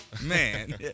Man